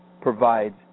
provides